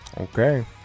okay